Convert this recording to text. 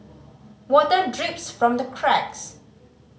water drips from the cracks